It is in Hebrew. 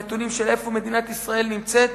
הנתונים של איפה מדינת ישראל נמצאת,